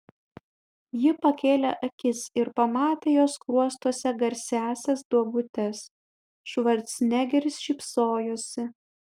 ji pakėlė akis ir pamatė jo skruostuose garsiąsias duobutes švarcnegeris šypsojosi